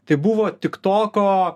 tai buvo tiktoko